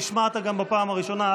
נשמעת גם בפעם הראשונה.